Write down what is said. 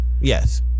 yes